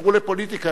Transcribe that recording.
חזרו לפוליטיקה.